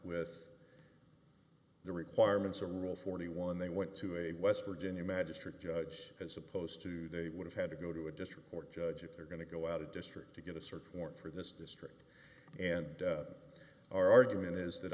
with the requirements are a rule forty one dollars they went to a west virginia magistrate judge as opposed to they would have had to go to a district court judge if they're going to go out of district to get a search warrant for this district and our argument is that